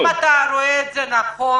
האם אתה רואה את זה כדבר נכון,